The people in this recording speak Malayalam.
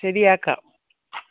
ശരിയാക്കാം